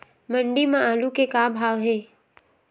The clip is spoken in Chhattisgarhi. मंडी म आलू के का भाव हे?